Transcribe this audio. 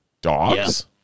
dogs